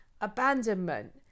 abandonment